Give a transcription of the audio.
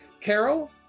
Carol